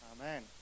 Amen